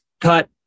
cut